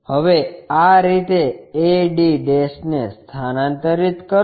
હવે આ રીતે a d ને સ્થાનાંતરિત કરો